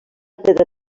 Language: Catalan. pedra